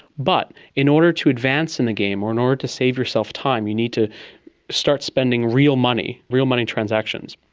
but in order to advance in the game or an order to save yourself time you need to start spending real money, real money transactions.